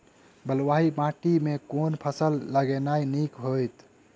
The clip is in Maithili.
बलुआही माटि मे केँ फसल लगेनाइ नीक होइत?